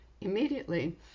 Immediately